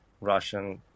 Russian